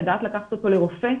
לדעת לקחת אותו לרופא,